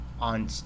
on